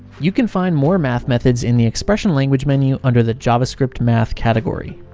you can find more math methods in the expression language menu under the javascript math category.